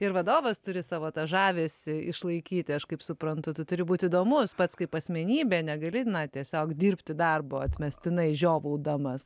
ir vadovas turi savo tą žavesį išlaikyti aš kaip suprantu tu turi būt įdomus pats kaip asmenybė negali na tiesiog dirbti darbo atmestinai žiovaudamas